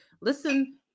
listen